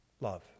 Love